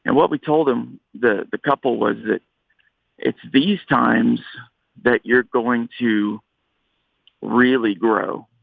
and what we told him the the couple was that it's these times that you're going to really grow.